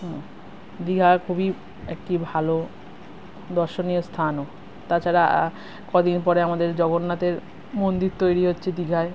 হুম দীঘা খুবই একটি ভালো দর্শনীয় স্থানও তাছাড়া কদিন পরে আমাদের জগন্নাথের মন্দির তৈরি হচ্ছে দীঘায়